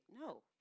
No